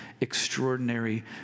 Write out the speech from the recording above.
extraordinary